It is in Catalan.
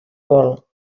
vol